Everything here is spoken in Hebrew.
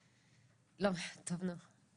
טוב נו,